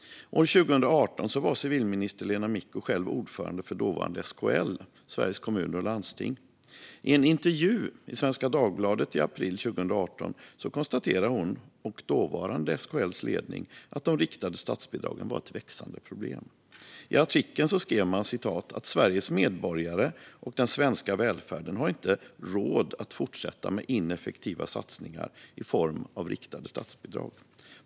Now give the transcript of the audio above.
År 2018 var vår nuvarande civilminister Lena Micko ordförande för dåvarande SKL, Sveriges Kommuner och Landsting. I en intervju i Svenska Dagbladet i april 2018 konstaterade hon och dåvarande SKL:s ledning att de riktade statsbidragen var ett växande problem. I artikeln skrev man: "Sveriges medborgare och den svenska välfärden har inte råd att fortsätta med ineffektiva satsningar i form av riktade statsbidrag."